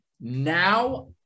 Now